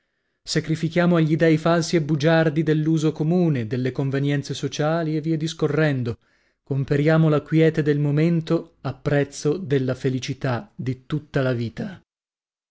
sacrifichiamo agli dei falsi e bugiardi dell'uso comune delle convenienze sociali e via discorrendo comperiamo la quiete del momento a prezzo della felicità di tutta la vita